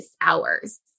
hours